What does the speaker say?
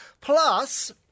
Plus